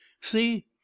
see